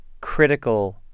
critical